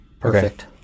Perfect